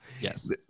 Yes